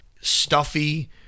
stuffy